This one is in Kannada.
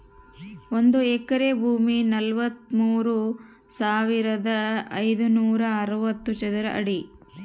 ಒಂದು ಎಕರೆ ಭೂಮಿ ನಲವತ್ಮೂರು ಸಾವಿರದ ಐನೂರ ಅರವತ್ತು ಚದರ ಅಡಿ